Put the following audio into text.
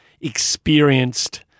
experienced –